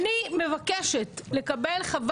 אני מקשיב לך.